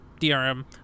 DRM